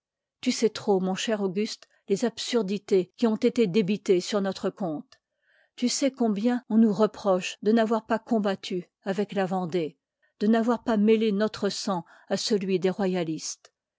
tu sais trop mon ch r aug uste les al surdités qui ont été débitées sur notre compte tu sais combien on nous reprodie e n'avoii pas combattu avec la endée de n'avoir pas mêlé notre sang à celui des royalistes